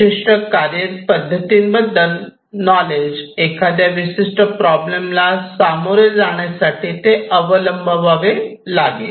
विशिष्ट कार्यपद्धतींबद्दलचे नॉलेज एखाद्या विशिष्ट प्रॉब्लेमला सामोरे जाण्यासाठी ते अवलंबले जावे लागेल